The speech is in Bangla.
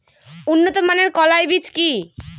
উন্নত মানের কলাই বীজ কি?